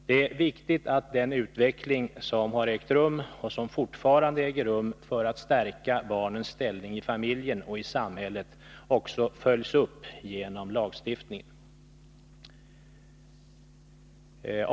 Det är viktigt att den utveckling som har ägt rum och fortfarande äger rum för att stärka barnens ställning i familjen och i samhället också följs upp genom lagstiftning.